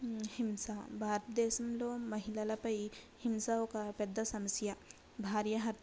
హింస భారతదేశంలో మహిళలపై హింస ఒక పెద్ద సమస్య భార్య హత్